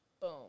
Boom